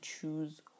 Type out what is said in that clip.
choose